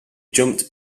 jumped